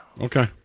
Okay